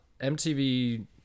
MTV